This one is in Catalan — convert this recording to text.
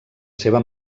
seva